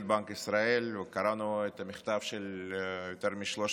בנק ישראל וקראנו את המכתב של יותר מ-300